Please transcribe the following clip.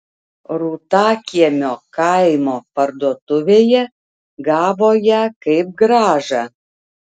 rūtakiemio kaimo parduotuvėje gavo ją kaip grąžą